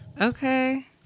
Okay